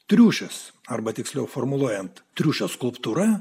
triušis arba tiksliau formuluojant triušio skulptūra